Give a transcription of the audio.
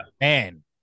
Man